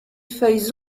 feuilles